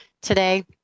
today